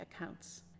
accounts